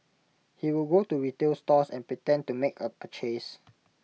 he would walk to retail stores and pretend to make A purchase